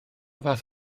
fath